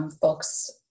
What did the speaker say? folks